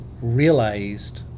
realized